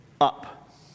up